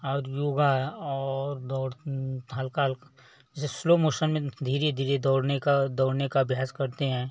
और योग और दौड़ हल्का हल्का जैसे स्लो मोशन में धीरे धीरे दौड़ने का दौड़ने का अभ्यास करते हैं